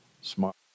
Smart